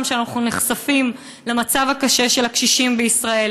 שאנחנו נחשפים למצב הקשה של הקשישים בישראל,